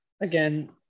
again